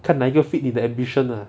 看哪一个 fit 你的 ambition ah